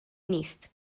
نیست